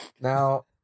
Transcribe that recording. Now